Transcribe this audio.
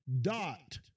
dot